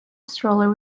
stroller